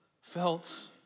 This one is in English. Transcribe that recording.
felt